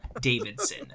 davidson